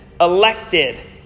elected